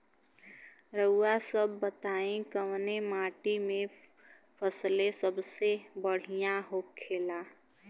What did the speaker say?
रउआ सभ बताई कवने माटी में फसले सबसे बढ़ियां होखेला?